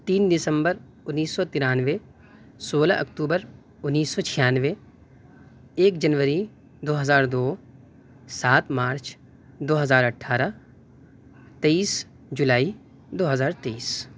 تین دسمبر انیس سو ترانوے سولہ اکتوبر انیس سو چھیانوے ایک جنوری دو ہزار دو سات مارچ دو ہزار اٹھارہ تیئیس جولائی دو ہزار تیئیس